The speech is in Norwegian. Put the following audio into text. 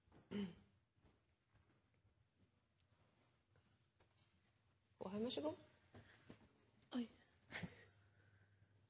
Ja, vær så god,